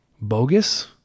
bogus